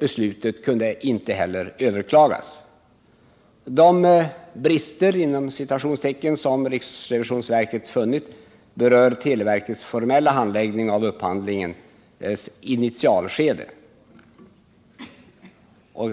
Beslutet kunde inte heller överklagas. De ”prister” som riksrevisionsverket funnit berör närmast televerkets formella handläggning av upphandlingens initialskede.